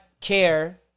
care